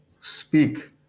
speak